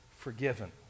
forgiven